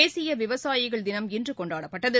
தேசிய விவசாயிகள் தினம் இன்று கொண்டாடப்பட்டது